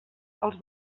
els